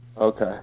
Okay